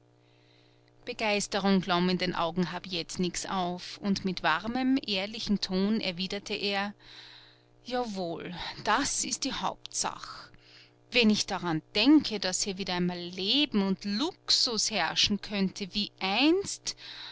begeisterung glomm in den augen habietniks auf und mit warmem ehrlichem ton erwiderte er jawohl das ist die hauptsache wenn ich daran denke daß hier wieder einmal leben und luxus herrschen könnte wie einst